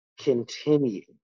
continue